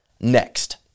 next